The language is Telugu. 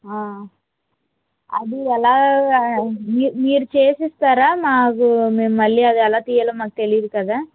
ఆ అది ఎలాగా మీరు మీరు చేసి ఇస్తారా మాకు మేము మళ్ళీ ఎలాగ తీయాలో మాకు తెలియదు కదా